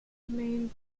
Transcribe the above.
remained